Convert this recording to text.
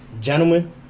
gentlemen